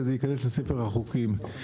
וזה ייכנס לספר החוקים.